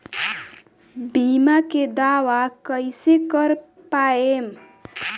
बीमा के दावा कईसे कर पाएम?